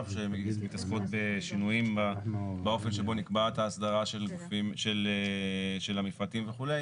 שהם מתעסקות בשינויים באופן שבו נקבעת ההסדרה של המפרטים וכו'.